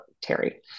terry